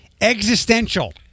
existential